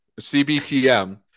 CBTM